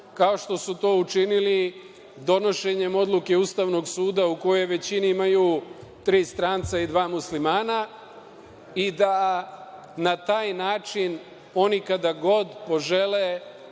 kao što su to učinili donošenjem Odluke Ustavnog suda u kojoj većini imaju tri stranca i dva muslimana i da na taj način oni kada god požele